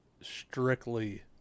Strictly